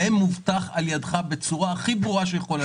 להם הובטח על ידך בצורה הכי ברורה שיכולה